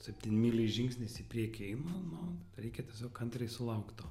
septynmyliais žingsniais į priekį eina nu reikia tiesiog kantriai sulaukt to